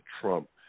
Trump